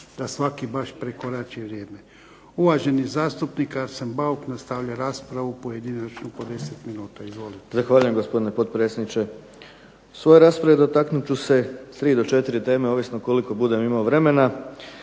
da svaki baš prekorači vrijeme. Uvaženi zastupnik Arsen Bauk nastavlja raspravu pojedinačnu po 10 minuta. Izvolite. **Bauk, Arsen (SDP)** Zahvaljujem gospodine potpredsjedniče. U svojoj raspravi dotaknut ću se tri do četiri teme, ovisno koliko budem imao vremena.